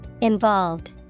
Involved